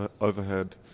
overhead